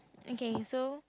okay so